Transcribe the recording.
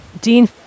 Dean